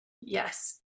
yes